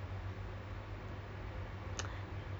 cats also and she's scared of cats